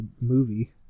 movie